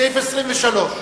סעיף 23,